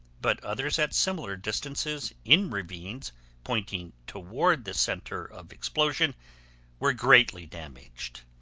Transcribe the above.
but others at similar distances in ravines pointing toward the center of explosion were greatly damaged.